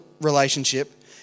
relationship